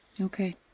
Okay